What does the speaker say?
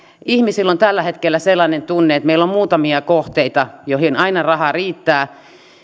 ihmisillä on tällä hetkellä sellainen tunne että meillä on muutamia kohteita joihin aina rahaa riittää